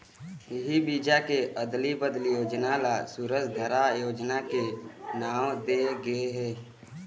इही बीजा के अदली बदली योजना ल सूरजधारा योजना के नांव दे गे हे